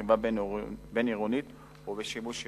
רכיבה בין-עירונית ושימוש עירוני.